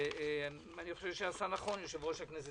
אני חושב שעשה נכון יושב-ראש הכנסת